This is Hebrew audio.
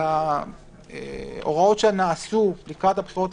בהוראות שנעשו לקראת הבחירות